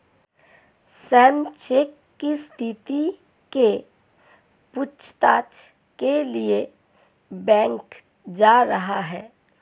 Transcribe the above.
Shyam cheque की स्थिति के पूछताछ के लिए बैंक जा रहा है